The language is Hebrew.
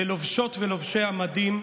ללובשות ולובשי המדים,